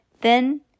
Then